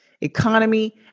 economy